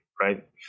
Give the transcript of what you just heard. right